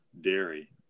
Dairy